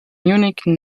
munchique